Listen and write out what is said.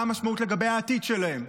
מה המשמעות לגבי העתיד שלהם?